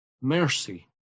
mercy